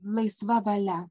laisva valia